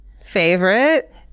favorite